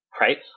Right